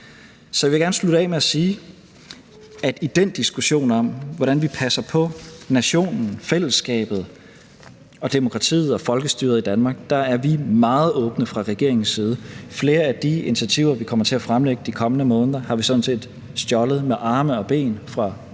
Så jeg vil gerne slutte af med at sige, at i den diskussion om, hvordan vi passer på nationen, fællesskabet og demokratiet og folkestyret i Danmark, er vi meget åbne fra regeringens side. Flere af de initiativer, vi kommer til at fremlægge de kommende måneder, har vi sådan set stjålet med arme og ben fra partier